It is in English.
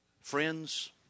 Friends